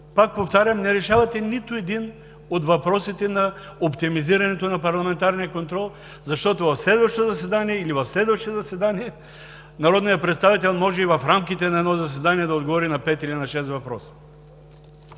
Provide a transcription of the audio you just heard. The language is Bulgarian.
Пак повтарям, не решавате нито един от въпросите на оптимизирането на парламентарния контрол, защото в следващо заседание или в следващи заседания министърът може в рамките на едно заседание да отговори на пет или на шест въпроса.